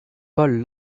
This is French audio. paul